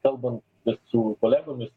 kalbant ir su kolegomis